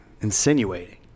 insinuating